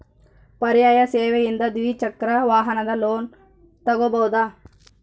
ಪರ್ಯಾಯ ಸೇವೆಯಿಂದ ದ್ವಿಚಕ್ರ ವಾಹನದ ಲೋನ್ ತಗೋಬಹುದಾ?